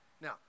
Now